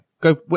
Go